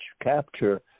capture